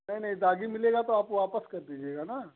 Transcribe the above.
नहीं नहीं दागी मिलेगा तो आप वापस कर दीजियेगा न